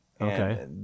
okay